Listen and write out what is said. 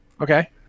okay